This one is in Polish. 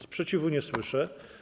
Sprzeciwu nie słyszę.